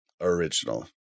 Original